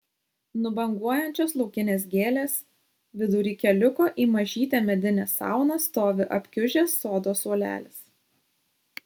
nubanguojančios laukinės gėlės vidury keliuko į mažytę medinę sauną stovi apkiužęs sodo suolelis